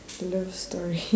love story